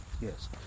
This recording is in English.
Yes